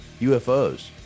ufos